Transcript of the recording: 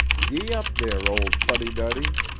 gee-up, there, old fuddy-duddy!